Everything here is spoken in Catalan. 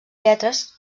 lletres